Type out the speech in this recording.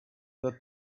the